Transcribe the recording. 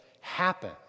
happen